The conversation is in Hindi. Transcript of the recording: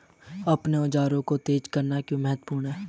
अपने औजारों को तेज करना क्यों महत्वपूर्ण है?